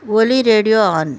Oli radio on